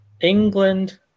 england